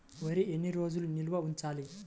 వరి ఎన్ని రోజులు నిల్వ ఉంచాలి?